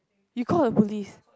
you call the police